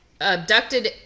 abducted